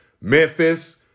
Memphis